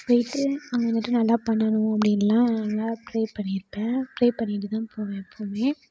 போயிட்டு அங்கே வந்துட்டு நல்லா பண்ணணும் அப்படின்லாம் நல்லா ப்ரே பண்ணியிருப்பேன் ப்ரே பண்ணிவிட்டு தான் போவேன் எப்போவுமே